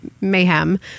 mayhem